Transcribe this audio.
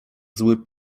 zły